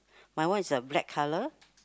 my one is uh black colour